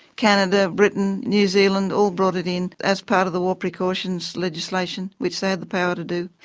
canada, britain, new zealand all brought in as part of the war precautions legislation, which they had the power to do.